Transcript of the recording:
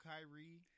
Kyrie